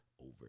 over